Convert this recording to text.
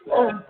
oh